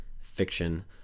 fiction